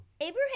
Abraham